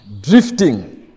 Drifting